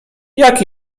jak